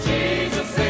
Jesus